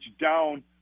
down